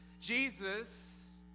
Jesus